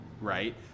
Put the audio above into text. right